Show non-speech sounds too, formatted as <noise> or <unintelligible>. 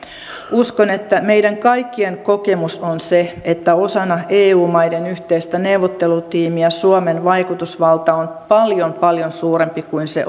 uskon että meidän kaikkien kokemus on se että osana eu maiden yhteistä neuvottelutiimiä suomen vaikutusvalta on paljon paljon suurempi kuin se <unintelligible>